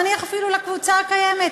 נניח אפילו לקבוצה הקיימת,